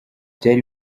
byari